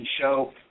Show